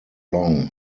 long